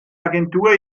agentur